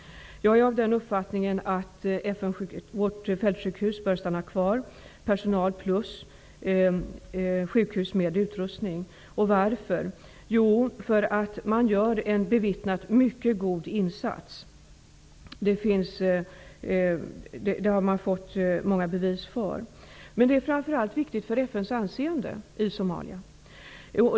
Jag är av uppfattningen att vårt fältsjukhus bör stanna kvar, dvs. personal plus sjukhus med utrustning. Varför? Jo, för att man gör en omvittnat mycket god insats. Det finns många bevis för det. Detta är framför allt viktigt för FN:s anseende i Somalia.